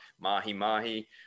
mahi-mahi